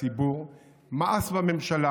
הציבור מאס בממשלה.